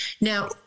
Now